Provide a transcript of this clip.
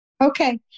Okay